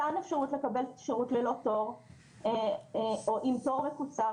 מתן אפשרות לקבל שירות ללא תור או עם תור מקוצר